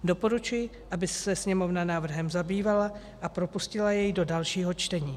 Doporučuji, aby se Sněmovna návrhem zabývala a propustila jej do dalšího čtení.